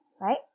Right